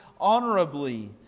honorably